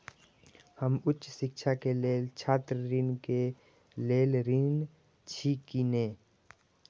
हम उच्च शिक्षा के लेल छात्र ऋण के लेल ऋण छी की ने?